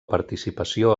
participació